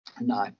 No